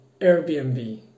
airbnb